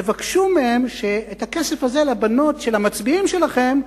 תבקשו מהם את הכסף הזה לבנות של המצביעים שלכם,